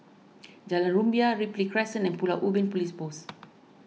Jalan Rumbia Ripley Crescent and Pulau Ubin Police Post